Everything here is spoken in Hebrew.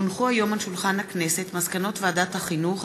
כי הונחו היום על שולחן הכנסת מסקנות ועדת החינוך,